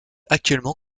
actuellement